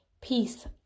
peace